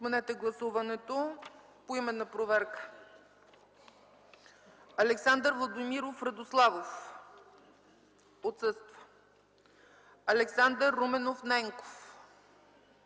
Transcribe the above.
Отменете гласуването. Поименна проверка. Александър Владимиров Радославов - тук Александър Руменов Ненков